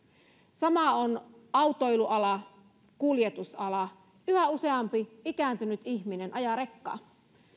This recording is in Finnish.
sama on autoilualalla kuljetusalalla yhä useampi ikääntynyt ihminen ajaa rekkaa